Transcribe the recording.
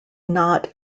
not